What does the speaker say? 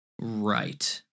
Right